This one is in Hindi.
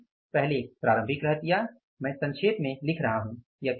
पहले प्रारंभिक रहतिया मैं संक्षेप में लिख रहा हूं यह कितना है